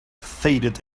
faded